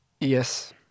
Yes